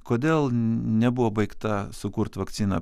kodėl nebuvo baigta sukurt vakcina